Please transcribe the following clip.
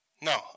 No